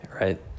right